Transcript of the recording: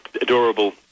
adorable